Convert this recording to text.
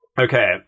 Okay